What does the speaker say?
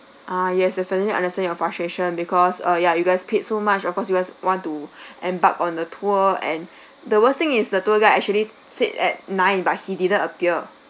ah yes definitely understand your frustration because uh yeah you guys paid so much of course you guys want to embarked on a tour and the worst thing is the tour guide actually said at nine but he didn't appear